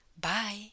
Bye